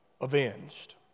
avenged